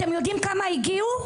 אתם יודעים כמה הגיעו?